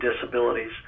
disabilities